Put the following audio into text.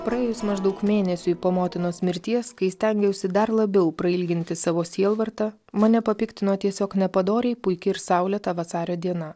praėjus maždaug mėnesiui po motinos mirties kai stengiausi dar labiau prailginti savo sielvartą mane papiktino tiesiog nepadoriai puiki ir saulėtą vasario diena